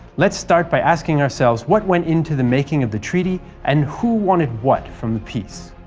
let's start by asking ourselves what went into the making of the treaty and who wanted what from the peace.